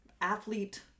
athlete